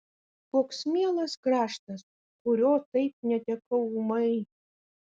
koks mielas kraštas kurio taip netekau ūmai